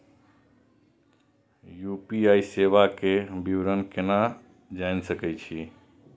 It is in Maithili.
यू.पी.आई सेवा के विवरण केना जान सके छी?